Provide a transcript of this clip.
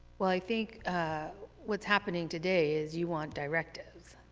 well, i think what's happening today is you want directives.